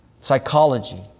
Psychology